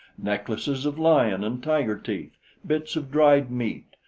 necklaces of lion and tiger-teeth bits of dried meat,